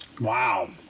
Wow